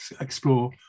explore